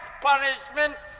punishment